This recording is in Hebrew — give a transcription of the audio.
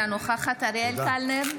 אינה נוכחת אריאל קלנר,